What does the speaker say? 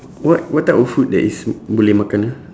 what what type of food that is b~ boleh makan ah